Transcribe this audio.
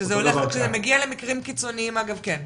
כשזה מגיע למקרים קיצוניים, אגב, כן.